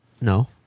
No